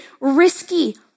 risky